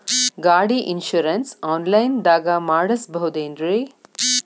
ಗಾಡಿ insurance online ದಾಗ ಮಾಡಸ್ಬಹುದೆನ್ರಿ?